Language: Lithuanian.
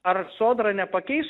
ar sodra nepakeis